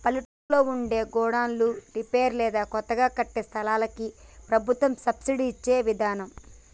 పల్లెటూళ్లలో ఉండే గోడన్లను రిపేర్ లేదా కొత్తగా కట్టే సంస్థలకి ప్రభుత్వం సబ్సిడి ఇచ్చే విదానం